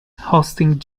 hosting